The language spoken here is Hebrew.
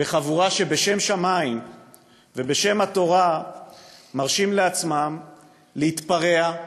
בחבורה שבשם שמים ובשם התורה מרשים לעצמם להתפרע,